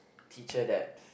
teacher that